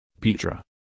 Petra